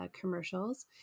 commercials